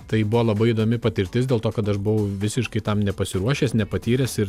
tai buvo labai įdomi patirtis dėl to kad aš buvau visiškai tam nepasiruošęs nepatyręs ir